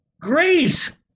Great